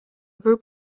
group